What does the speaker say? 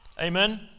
Amen